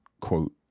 quote